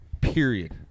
period